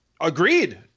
agreed